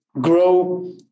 grow